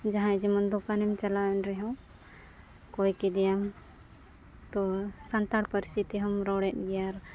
ᱡᱟᱦᱟᱭ ᱡᱮᱢᱚᱱ ᱫᱚᱠᱟᱱᱮᱢ ᱪᱟᱞᱟᱣᱮᱱ ᱨᱮᱦᱚᱸ ᱠᱚᱭ ᱠᱮᱫᱮᱭᱟᱢ ᱛᱚ ᱥᱟᱱᱛᱟᱲ ᱯᱟᱨᱥᱤ ᱛᱮᱦᱚᱢ ᱨᱚᱲᱮᱫ ᱜᱮᱭᱟ